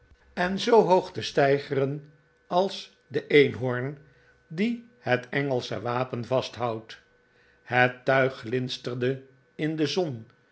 en zoo hoog te ma arten chuzzlewit steigeren als de eenhoorn die het engelsche wapen vasthoudt het tuig glinsterde in de zon